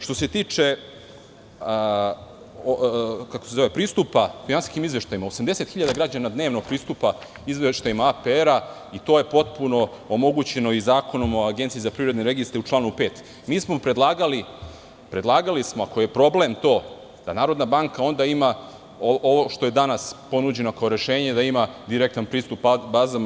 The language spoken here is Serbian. Što se tiče pristupa finansijskim izveštajima, 80.000 građana dnevno pristupa izveštajima APR i to je potpuno omogućeno i Zakonom o Agenciji za privredne registre, u članu 5. Mi smo predlagali, ako je problem to, da Narodna banka onda ima, što je danas ponuđeno kao rešenje, direktan pristup bazama.